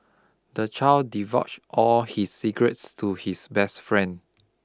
the child divulged all his secrets to his best friend